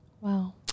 Wow